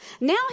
Now